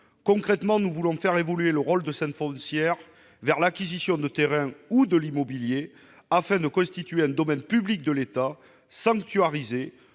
Concrètement, nous voulons faire évoluer le rôle de cette foncière vers l'acquisition de terrains ou d'immobilier afin de constituer un domaine public de l'État sanctuarisé,